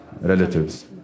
relatives